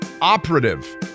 operative